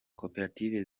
koperative